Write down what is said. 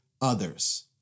others